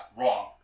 Wrong